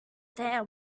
there